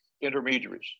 intermediaries